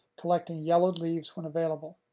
collecting yellowed leaves when available.